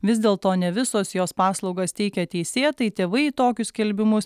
vis dėlto ne visos jos paslaugas teikia teisėtai tėvai į tokius skelbimus